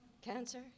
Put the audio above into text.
Cancer